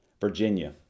Virginia